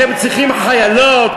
אתם צריכים חיילות,